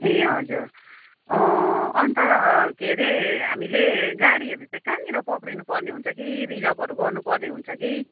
ए हजुर अन्त के अरे हामीले गाडीहरू चाहिँ कहाँनिर पक्रिनुपर्ने हुन्छ कि रिजर्भहरू गर्नुपर्ने हुन्छ कि